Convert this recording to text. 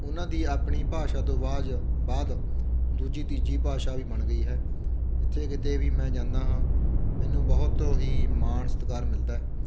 ਉਹਨਾਂ ਦੀ ਆਪਣੀ ਭਾਸ਼ਾ ਤੋਂ ਬਾਜ ਬਾਅਦ ਦੂਜੀ ਤੀਜੀ ਭਾਸ਼ਾ ਵੀ ਬਣ ਗਈ ਹੈ ਜਿੱਥੇ ਕਿਤੇ ਵੀ ਮੈਂ ਜਾਂਦਾ ਹਾਂ ਮੈਨੂੰ ਬਹੁਤ ਹੀ ਮਾਣ ਸਤਿਕਾਰ ਮਿਲਦਾ ਹੈ